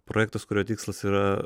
projektas kurio tikslas yra